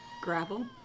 gravel